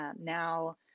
now